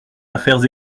affaires